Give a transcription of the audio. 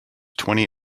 twenty